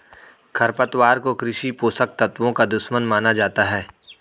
खरपतवार को कृषि पोषक तत्वों का दुश्मन माना जाता है